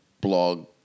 blog